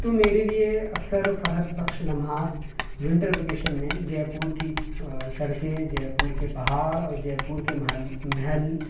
تو میرے لیے اکثر فرحت بخش لمحات ونٹر ویکشین میں جے پور کی سڑکیں جے پور کے پہاڑ اور جے پور کے محل محل